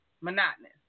monotonous